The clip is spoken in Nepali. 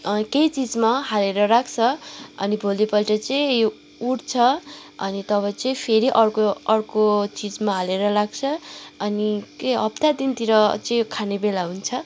केही चिजमा हालेर राख्छ अनि भोलिपल्ट चाहिँ यो उठ्छ अनि तब चाहिँ फेरि अर्को अर्को चिजमा हालेर राख्छ अनि त्यही हप्तादिनतिर चाहिँ यो खाने बेला हुन्छ